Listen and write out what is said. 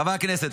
חברי הכנסת,